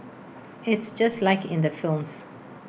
it's just like in the films